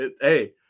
Hey